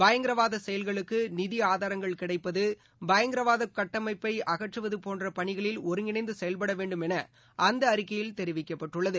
பயங்கரவாத செயல்களுக்கு நிதி ஆதாரங்கள் கிடைப்பது பயங்கரவாத கட்டமைப்பை அகற்றுவது போன்ற பணிகளில் ஒருங்கிணைந்து செயல்பட வேண்டும் என அந்த அறிக்கையில் தெரிவிக்கப்பட்டுள்ளது